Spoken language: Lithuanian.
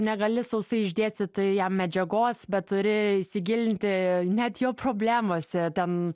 negali sausai išdėstyti jam medžiagos bet turi įsigilinti net jo problemose ten